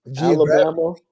Alabama